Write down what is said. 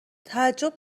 تعجب